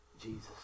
Jesus